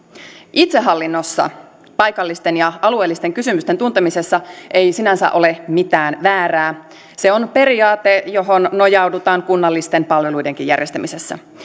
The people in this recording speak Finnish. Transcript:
itsehallinnossa paikallisten ja alueellisten kysymysten tuntemisessa ei sinänsä ole mitään väärää se on periaate johon nojaudutaan kunnallisten palveluidenkin järjestämisessä